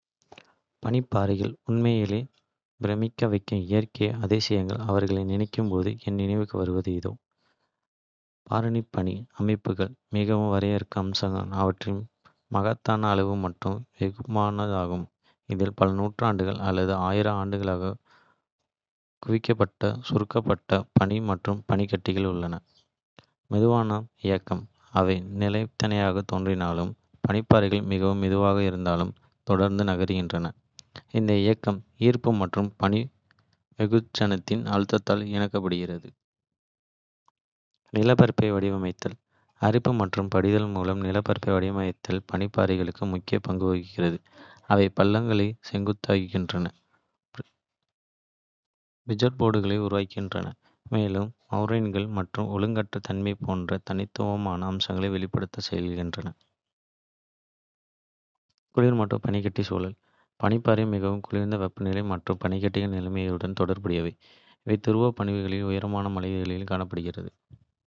பனிப்பாறைகள் உண்மையிலேயே பிரமிக்க வைக்கும் இயற்கை அதிசயங்கள். அவர்களை நினைக்கும் போது என் நினைவுக்கு வருவது இதோ. பாரிய பனி அமைப்புகள் மிகவும் வரையறுக்கும் அம்சம் அவற்றின் மகத்தான அளவு மற்றும் வெகுஜனமாகும், இதில் பல நூற்றாண்டுகள் அல்லது ஆயிரம் ஆண்டுகளாக குவிக்கப்பட்ட சுருக்கப்பட்ட. பனி மற்றும் பனிக்கட்டி உள்ளது. மெதுவான இயக்கம்: அவை நிலையானதாகத் தோன்றினாலும், பனிப்பாறைகள் மிக மெதுவாக இருந்தாலும் தொடர்ந்து நகர்கின்றன. இந்த இயக்கம் ஈர்ப்பு மற்றும் பனி வெகுஜனத்தின் அழுத்தத்தால் இயக்கப்படுகிறது. நிலப்பரப்பை வடிவமைத்தல்: அரிப்பு மற்றும் படிதல் மூலம் நிலப்பரப்பை வடிவமைப்பதில் பனிப்பாறைகள் முக்கிய பங்கு வகிக்கின்றன. அவை பள்ளத்தாக்குகளை செதுக்குகின்றன, ஃபிஜோர்டுகளை உருவாக்குகின்றன. மேலும் மொரைன்கள் மற்றும் ஒழுங்கற்ற தன்மை போன்ற தனித்துவமான அம்சங்களை விட்டுச் செல்கின்றன. குளிர் மற்றும் பனிக்கட்டி சூழல் பனிப்பாறைகள் மிகவும் குளிர்ந்த வெப்பநிலை மற்றும் பனிக்கட்டி நிலைமைகளுடன் தொடர்புடையவை. இவை துருவப் பகுதிகளிலும், உயரமான மலைத்தொடர்களிலும் காணப்படுகின்றன.